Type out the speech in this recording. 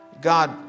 God